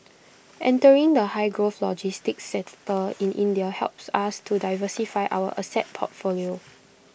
entering the high growth logistics sector in India helps us to diversify our asset portfolio